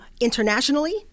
internationally